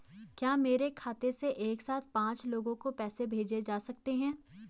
क्या मेरे खाते से एक साथ पांच लोगों को पैसे भेजे जा सकते हैं?